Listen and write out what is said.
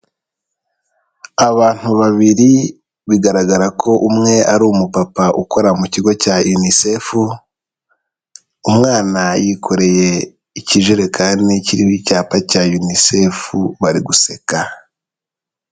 Abantu babiri bigaragara ko umwe ari umupapa ukora mu kigo cya UNICEF, umwana yikoreye ikijerekani kiriho icyapa cya UNICEF bari guseka.